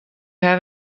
have